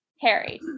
Harry